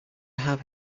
have